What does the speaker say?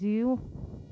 जीउ